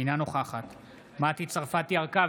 אינה נוכחת מטי צרפתי הרכבי,